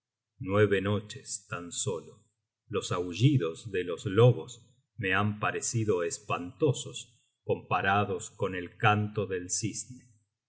nueve noches tan solo los aullidos de los lobos me hanparecido espantosos comparados con el canto del cisne